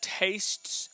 tastes